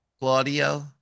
Claudio